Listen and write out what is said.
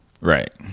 Right